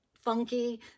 funky